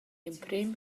emprem